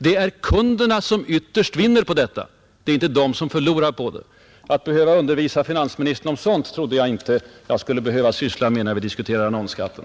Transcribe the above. Det är kunderna som ytterst vinner på det — det är inte de som förlorar. Jag trodde inte att jag skulle behöva undervisa finansministern om sådana elementära ting när vi diskuterar annonsskatten.